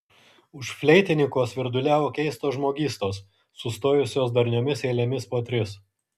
už fleitininko svirduliavo keistos žmogystos sustojusios darniomis eilėmis po tris